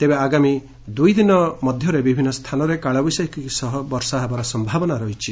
ତେବେ ଆଗାମୀ ଦୁଇଦିନ ବିଭିନ୍ନ ସ୍ଚାନରେ କାଳବୈଶାଖୀ ସହ ବର୍ଷା ହେବାର ସମ୍ଭାବନା ରହିଛି